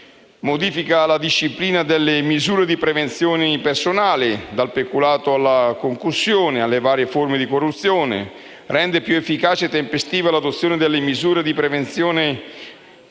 modifica alla disciplina delle misure di prevenzione personale, dal peculato alla concussione, alle varie forme di corruzione, rende più efficaci e tempestivi l'adozione delle misure di prevenzione patrimoniale,